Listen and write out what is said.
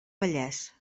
vallès